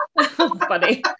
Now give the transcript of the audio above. funny